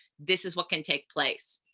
this is what can take place.